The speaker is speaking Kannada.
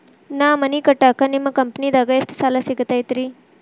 ನಾ ಮನಿ ಕಟ್ಟಾಕ ನಿಮ್ಮ ಕಂಪನಿದಾಗ ಎಷ್ಟ ಸಾಲ ಸಿಗತೈತ್ರಿ?